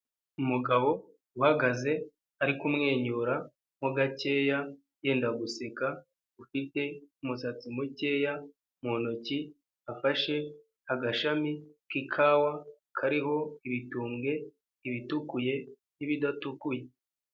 Umugabo uhagaze, ari kumwenyura, mo gakeya, yenda guseka, ufite umusatsi mukeya, mu ntoki, afashe, agashami k'ikawa kariho ibitumbwe, ibitukuye, n'ibidatukuye.